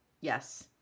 Yes